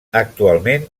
actualment